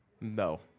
No